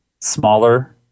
smaller